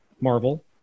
marvel